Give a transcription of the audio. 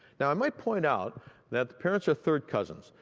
now i might point out that the parents are third cousins.